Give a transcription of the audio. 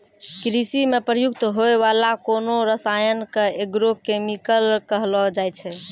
कृषि म प्रयुक्त होय वाला कोनो रसायन क एग्रो केमिकल कहलो जाय छै